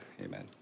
Amen